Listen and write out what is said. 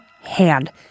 hand